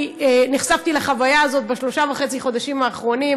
אני נחשפתי לחוויה הזאת בשלושה וחצי החודשים האחרונים,